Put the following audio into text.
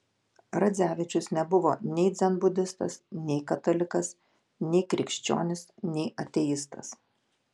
radzevičius nebuvo nei dzenbudistas nei katalikas nei krikščionis nei ateistas